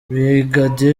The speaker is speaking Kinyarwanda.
brig